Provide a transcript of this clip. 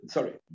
Sorry